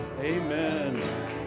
Amen